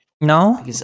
No